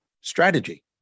strategy